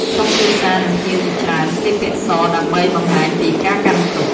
ក្រុមគ្រួសារ និងភ្ញៀវជាច្រើនស្លៀកពាក់ស ដើម្បីបង្ហាញពីការកាន់ទុក្ខ។